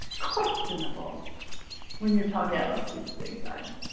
questionable when you're talking about these big guys.